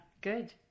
good